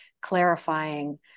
clarifying